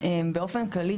באופן כללי,